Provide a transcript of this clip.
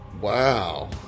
Wow